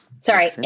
Sorry